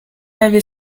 avait